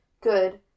Good